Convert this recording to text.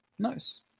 nice